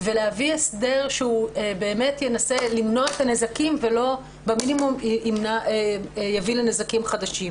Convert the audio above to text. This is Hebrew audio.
ולהביא הסדר שבאמת ינסה למנוע את הנזקים ושלא יביא לנזקים חדשים.